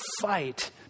fight